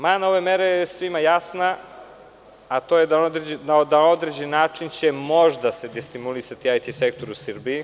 Mana ove mere je svima jasna, a to je da će se na određen način možda destimulisati IT sektor u Srbiji.